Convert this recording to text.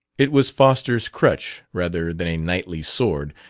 it was foster's crutch, rather than a knightly sword,